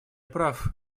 прав